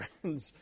friends